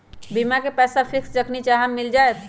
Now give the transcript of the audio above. बीमा के पैसा फिक्स जखनि चाहम मिल जाएत?